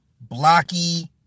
blocky